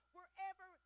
Wherever